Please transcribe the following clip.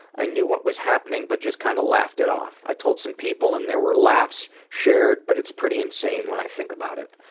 i knew what was happening but just kind of laughed it off. i told some people and there were laughs shared, but it's pretty insane when i think about it.